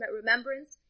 remembrance